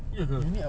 ya ke